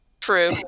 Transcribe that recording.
True